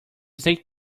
snake